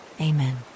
amen